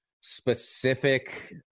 specific